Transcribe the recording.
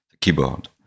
keyboard